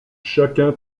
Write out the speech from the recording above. chacun